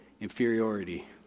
inferiority